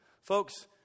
Folks